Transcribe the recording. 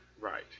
Right